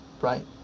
right